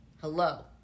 Hello